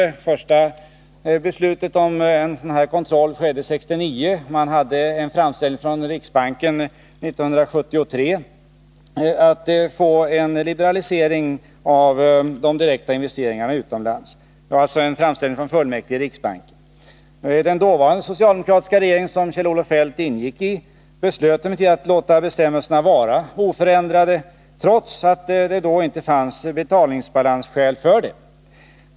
Det första beslutet om den här kontrollen fattades 1969, och 1973 gjordes en framställning från riksbanksfullmäktige om att få en liberalisering av kontrollen när det gällde de direkta investeringarna utomlands, Den dåvarande socialdemokratiska regeringen, som Kjell-Olof Feldt ingick i, beslöt emellertid att låta bestämmelserna vara oförändrade, trots att det då inte fanns betalningsbalansskäl för detta.